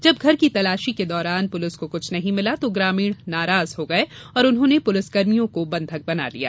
जब घर की तलाशी के दौरान पुलिस को कुछ नही मिला तो ग्रामीण नाराज हो गये और उन्होंने पुलिसकर्मियों को बंधक बना लिया